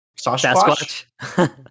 Sasquatch